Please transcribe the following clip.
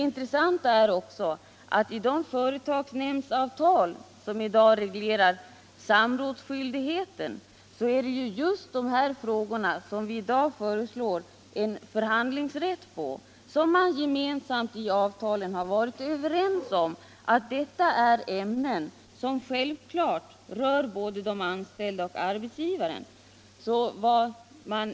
Intressant är också att de företagsnämndsavtal som i dag reglerar samrådsskyldigheten omfattar just de frågor som regeringen nu föreslår skall göras till föremål för förhandlingar. Parterna har ju i avtal varit överens om att dessa ämnen självklart rör både de anställda och arbetsgivaren.